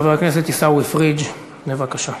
חבר הכנסת עיסאווי פריג', בבקשה.